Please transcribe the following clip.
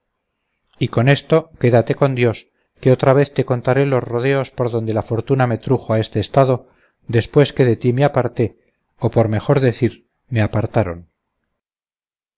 y con esto quédate con dios que otra vez te contaré los rodeos por donde la fortuna me trujo a este estado después que de ti me aparté o por mejor decir me apartaron